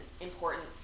importance